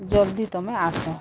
ଜଲ୍ଦି ତମେ ଆସ